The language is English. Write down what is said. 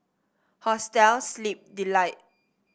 Hostel Sleep Delight